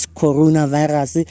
coronavirus